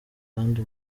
kandi